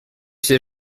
c’est